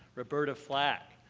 roberta flack,